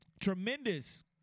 tremendous